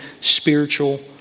spiritual